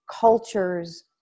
cultures